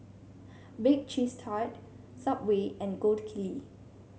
Bake Cheese Tart Subway and Gold Kili